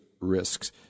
risks